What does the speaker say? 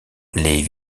les